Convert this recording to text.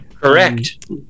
Correct